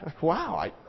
wow